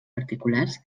particulars